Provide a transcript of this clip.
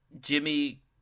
Jimmy